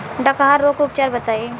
डकहा रोग के उपचार बताई?